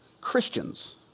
Christians